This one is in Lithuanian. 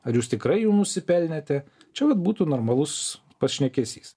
ar jūs tikrai jų nusipelnėte čia vat būtų normalus pašnekesys